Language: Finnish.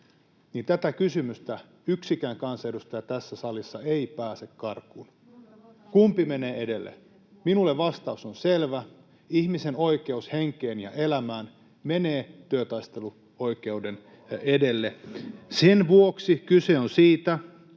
tätä kysymystä yksikään kansanedustaja tässä salissa ei pääse karkuun — kumpi menee edelle? Minulle vastaus on selvä: ihmisen oikeus henkeen ja elämään menee työtaisteluoikeuden edelle. Sen vuoksi kyse on siitä,